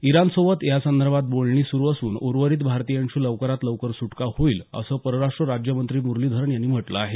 इराणसोबत यासंदर्भात बोलणी सुरू असुन उर्वरित भारतीयांची लवकरात लवकर सुटका होईल असं परराष्ट्र राज्यमंत्री मुरलीधरन यांनी म्हटलं आहे